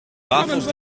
wafels